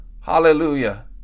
Hallelujah